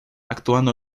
actuando